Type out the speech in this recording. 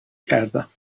کردم